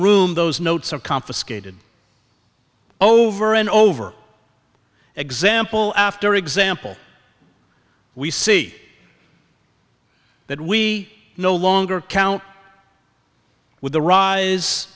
room those notes are confiscated over and over example after example we see that we no longer count with the rise